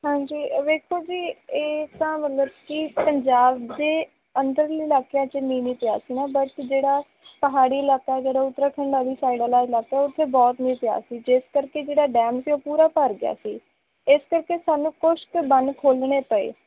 ਹਾਂਜੀ ਵੇਖੋ ਜੀ ਇਹ ਤਾਂ ਮਤਲਬ ਕੀ ਪੰਜਾਬ ਦੇ ਅੰਦਰ ਇਲਾਕਿਆਂ 'ਚ ਮੀਂਹ ਨਹੀਂ ਪਿਆ ਸੀ ਨਾ ਬਟ ਜਿਹੜਾ ਪਹਾੜੀ ਇਲਾਕਾ ਜਦੋਂ ਉਤਰਾਖੰਡ ਵਾਲੀ ਸਾਈਡ ਵਾਲਾ ਇਲਾਕਾ ਉੱਥੇ ਬਹੁਤ ਮੀਂਹ ਪਿਆ ਸੀ ਜਿਸ ਕਰਕੇ ਜਿਹੜਾ ਡੈਮ ਅਤੇ ਉਹ ਪੂਰਾ ਭਰ ਗਿਆ ਸੀ ਇਸ ਕਰਕੇ ਸਾਨੂੰ ਕੁਛ ਕੁ ਬੰਨ ਖੋਲਣੇ ਪਏ